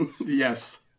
Yes